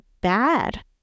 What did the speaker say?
bad